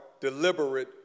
deliberate